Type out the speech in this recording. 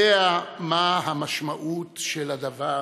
יודע מה המשמעות של הדבר.